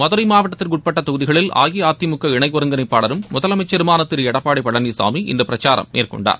மதுரை மாவட்டத்திற்கு உட்பட்ட தொகுதிகளில் அஇஅதிமுக இணை ஒருங்கிணைப்பாளரும் முதலமைச்சருமான திரு எடப்பாடி பழனிசாமி இன்று பிரச்சாரம் மேற்கொண்டார்